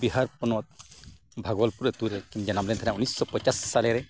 ᱵᱤᱦᱟᱨ ᱯᱚᱱᱚᱛ ᱵᱷᱟᱜᱚᱞᱯᱩᱨ ᱟᱹᱛᱩ ᱨᱮ ᱡᱟᱱᱟᱢ ᱞᱮᱱ ᱛᱟᱦᱮᱱᱟ ᱩᱱᱤᱥᱥᱚ ᱯᱚᱸᱪᱟᱥᱤ ᱥᱟᱞᱨᱮ